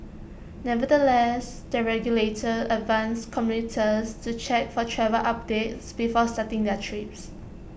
nevertheless the regulator advised commuters to check for travel updates before starting their trips